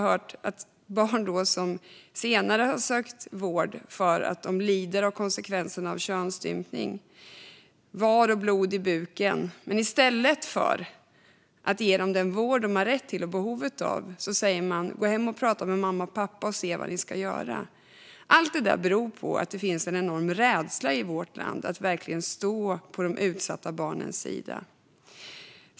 Men när barn söker vård för att de lider av konsekvenser av könsstympning, såsom var och blod i buken, ges de inte den vård de behöver och har rätt till utan ombeds gå hem och prata med mamma och pappa om det. Det här beror på att det finns en enorm rädsla i vårt land för att verkligen stå på utsatta barns sida.